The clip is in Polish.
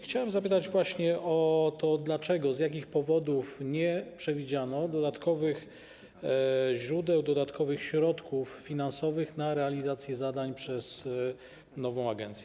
Chciałbym zapytać o to, dlaczego, z jakich powodów nie przewidziano dodatkowych źródeł, dodatkowych środków finansowych na realizację zadań przez nową agencję.